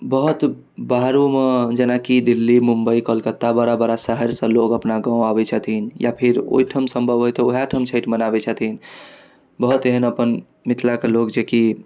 बहुत बाहरोमे जेनाकि दिल्ली मुम्बइ कोलकाता बड़ा बड़ा शहरसँ लोक अपना गाम आबै छथिन या फेर ओहिठम सम्भव होइ तऽ वएहठाम छठि मनाबै छथिन बहुत एहन अपन मिथिलाके लोक जेकि